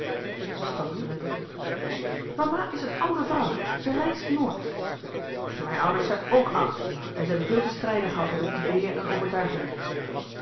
zij stampte met den voet mama is een oude vrouw zij reist nooit mijn ouders zijn ook oud en ze hebben veel te strijden gehad met hun ideeën en overtuigingen